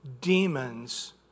demons